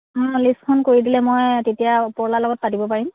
লিষ্টখন কৰি দিলে মই তেতিয়া ওপৰৱালাৰ লগত পাতিব পাৰিম